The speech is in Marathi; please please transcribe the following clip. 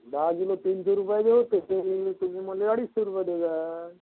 दहा किलो तीनशे रुपयाचे होतील तरीबी तुम्ही मला अडीचशे रुपये द्या